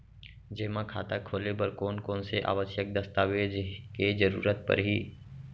जेमा खाता खोले बर कोन कोन से आवश्यक दस्तावेज के जरूरत परही?